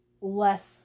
less